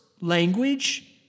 language